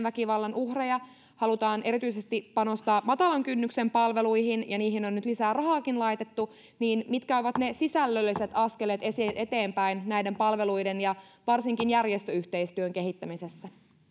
väkivallan uhreja ja halutaan erityisesti panostaa matalan kynnyksen palveluihin ja niihin on nyt lisää rahaakin laitettu niin mitkä ovat ne sisällölliset askeleet eteenpäin näiden palveluiden ja varsinkin järjestöyhteistyön kehittämisessä